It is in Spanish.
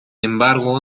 embargo